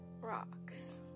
rocks